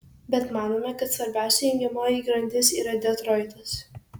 bet manome kad svarbiausia jungiamoji grandis yra detroitas